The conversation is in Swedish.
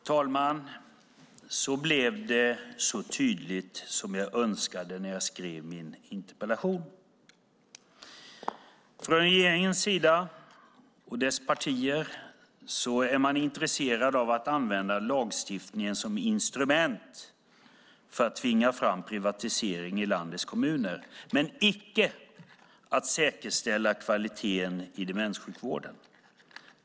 Herr talman! Så blev det så tydligt som jag önskade när jag skrev min interpellation: Från regeringens sida och dess partier är man intresserad av att använda lagstiftningen som instrument för att tvinga fram privatisering i landets kommuner men icke att säkerställa kvaliteten i demenssjukvården.